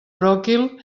bròquil